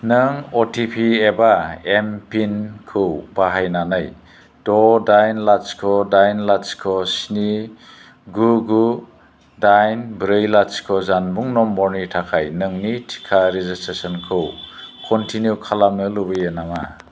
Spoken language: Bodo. नों अ टि पि एबा एम पिनखौ बाहायनानै द' दाइन लाथिख' दाइन लाथिख' स्नि गु गु दाइन ब्रै लाथिख' जानबुं नम्बरनि थाखाय नोंनि टिका रेजिसट्रेसनखौ कन्टिनिउ खालामनो लुबैयो नामा